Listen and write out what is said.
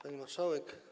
Pani Marszałek!